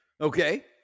Okay